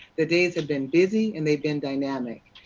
that is have been busy, and they've been dynamic.